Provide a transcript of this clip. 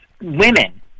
women